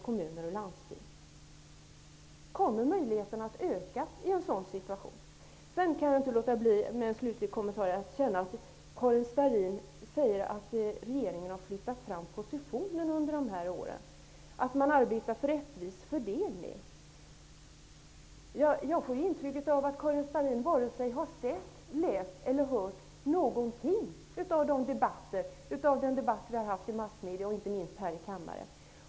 Kommer möjligheten att öka i en sådan situation? Jag kan inte låta bli att göra en slutlig kommentar. Karin Starrin säger att regeringen har flyttat fram positionerna under de här åren och att man arbetar för en rättvis fördelning. Jag får det intrycket att Karin Starrin varken har sett, läst eller hört någonting av de debatter som har förts i massmedia och inte minst här i kammaren.